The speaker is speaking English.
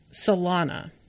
Solana